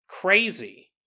crazy